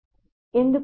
ఎందుకు